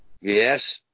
Yes